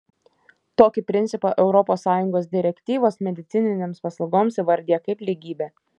tokį principą europos sąjungos direktyvos medicininėms paslaugoms įvardija kaip lygybę